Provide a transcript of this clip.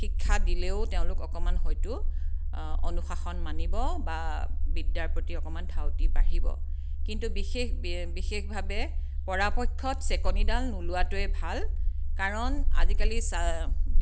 শিক্ষা দিলেও তেওঁলোক অকণমান হয়তো অনুশাসন মানিব বা বিদ্যাৰ প্ৰতি অকণমান ধাউতি বাঢ়িব কিন্তু বিশেষ বিশেষভাৱে পৰাপক্ষত চেকনিডাল নোলোৱাটোৱে ভাল কাৰণ আজিকালি ছা